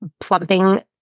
plumping